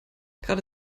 gerade